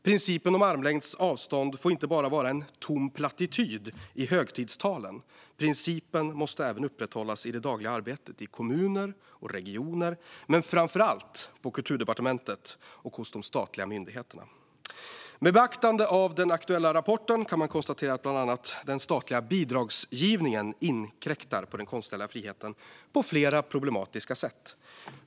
Principen om armlängds avstånd får inte bara vara en tom plattityd i högtidstalen. Principen måste även upprätthållas i det dagliga arbetet i kommuner och regioner men framför allt på Kulturdepartementet och hos de statliga myndigheterna. Med beaktande av den aktuella rapporten kan man konstatera att bland annat den statliga bidragsgivningen inkräktar på den konstnärliga friheten på flera problematiska sätt.